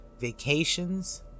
vacations